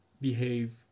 behave